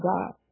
God